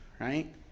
right